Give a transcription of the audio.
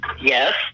Yes